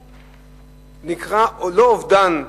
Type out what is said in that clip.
שנקרא לא אובדן מוחלט,